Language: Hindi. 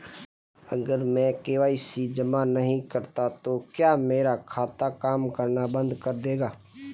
अगर मैं के.वाई.सी जमा नहीं करता तो क्या मेरा खाता काम करना बंद कर देगा?